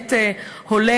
באמת הולם,